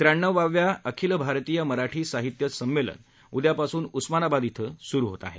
त्र्याण्णवाव्या अखिल भारतीय मराठी साहित्य संमेलन उद्यापासून उस्मानाबाद इथं सुरू होत आहे